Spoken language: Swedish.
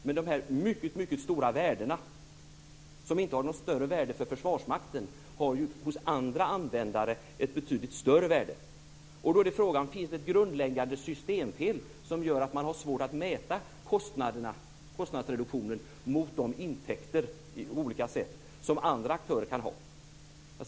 Men å andra sidan har de stora värden som inte har något större värde för Försvarsmakten ett betydligt större värde hos andra användare. Finns det ett grundläggande systemfel som gör att man har svårt att på olika sätt mäta kostnadsreduktioner mot de intäkter som andra aktörer kan ha?